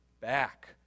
back